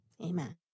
Amen